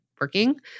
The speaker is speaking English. working